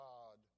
God